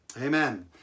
amen